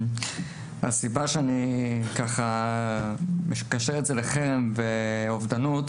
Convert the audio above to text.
הסיבה שאני מקשר את זה לחרם ואובדנות,